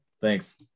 thanks